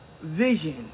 vision